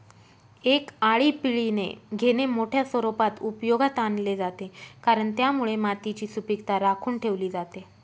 एक आळीपाळीने घेणे मोठ्या स्वरूपात उपयोगात आणले जाते, कारण त्यामुळे मातीची सुपीकता राखून ठेवली जाते